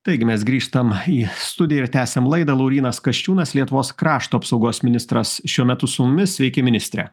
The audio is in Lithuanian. taigi mes grįžtam į studiją ir tęsiam laidą laurynas kasčiūnas lietuvos krašto apsaugos ministras šiuo metu su mumis sveiki ministre